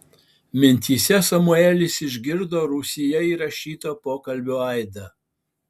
mintyse samuelis išgirdo rūsyje įrašyto pokalbio aidą